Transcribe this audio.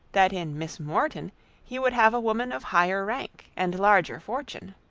that in miss morton he would have a woman of higher rank and larger fortune